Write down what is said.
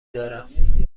دارم